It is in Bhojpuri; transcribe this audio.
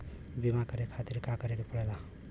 बीमा करे खातिर का करे के पड़ेला?